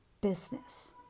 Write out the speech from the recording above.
business